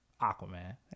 Aquaman